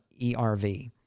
ERV